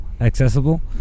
accessible